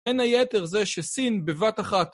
בין היתר זה שסין, בבת אחת...